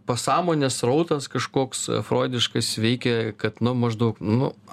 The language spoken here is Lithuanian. pasąmonės srautas kažkoks froidiškas veikia kad na maždaug nu